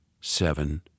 Seven